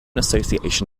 association